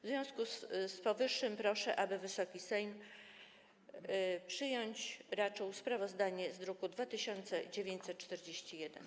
W związku z powyższym proszę, aby Wysoki Sejm przyjąć raczył sprawozdanie z druku nr 2941.